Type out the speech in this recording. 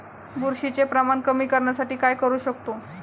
बुरशीचे प्रमाण कमी करण्यासाठी काय करू शकतो?